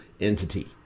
entity